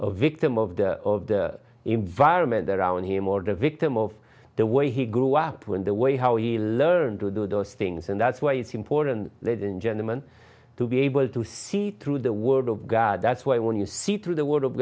of victim of the of the environment around him or the victim of the way he grew up when the way how he learned to do those things and that's why it's important ladies and gentleman to be able to see through the word of god that's why when you see through the word of